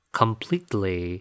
completely